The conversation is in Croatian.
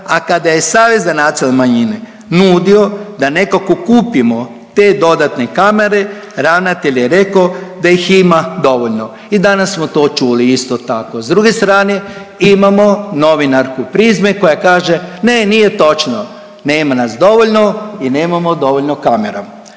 a kada je Savez za nacionalne manjine nudio da nekako kupimo te dodatne kamere ravnatelj je reko da ih ima dovoljno i danas smo to čuli isto tako. S druge strane imamo novinarku „Prizme“ koja kaže ne nije točno, nema nas dovoljno i nemamo dovoljno kamera.